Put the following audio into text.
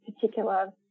particular